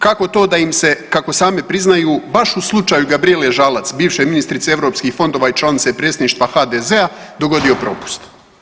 Kako to da im se, kako sami priznaju, baš u slučaju Gabrijele Žalac, bivše ministrice EU fondova i članice Predsjedništva HDZ-a, dogodio propust?